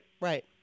right